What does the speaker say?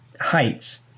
heights